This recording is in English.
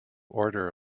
order